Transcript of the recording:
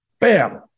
bam